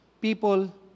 people